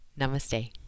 Namaste